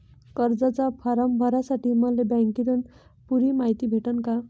कर्जाचा फारम भरासाठी मले बँकेतून पुरी मायती भेटन का?